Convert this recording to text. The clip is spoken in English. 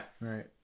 Right